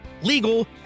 legal